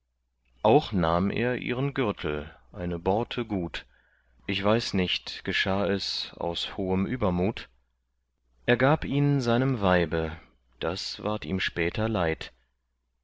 auch nahm er ihren gürtel eine borte gut ich weiß nicht geschah es aus hohem übermut er gab ihn seinem weibe das ward ihm später leid